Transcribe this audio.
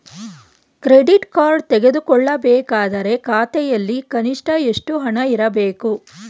Credit card ತೆಗೆದುಕೊಳ್ಳಬೇಕಾದರೆ ಖಾತೆಯಲ್ಲಿ ಕನಿಷ್ಠ ಎಷ್ಟು ಹಣ ಇರಬೇಕು?